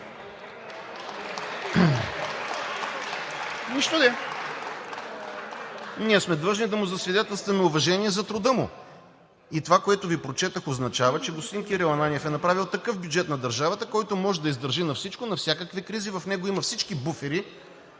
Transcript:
Ние сме длъжни да му засвидетелстваме уважение за труда му. Това, което Ви прочетох, означава, че господин Кирил Ананиев е направил такъв бюджет на държавата, който може да издържи на всичко, на всякакви кризи, в него има всички буфери,